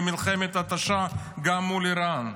למלחמת התשה גם מול איראן.